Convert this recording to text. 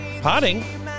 potting